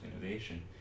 innovation